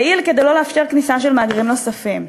יעיל כדי לא לאפשר כניסה של מהגרים נוספים.